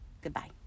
Goodbye